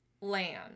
land